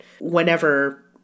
whenever